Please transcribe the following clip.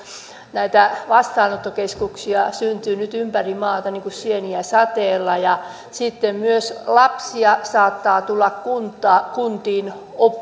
näitä vastaanottokeskuksia syntyy nyt ympäri maata niin kuin sieniä sateella ja sitten myös lapsia saattaa tulla kuntiin